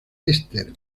ester